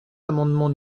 l’amendement